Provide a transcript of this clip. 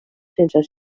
sense